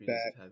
Back